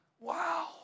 Wow